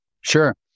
Sure